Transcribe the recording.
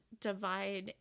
divide